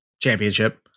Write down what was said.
championship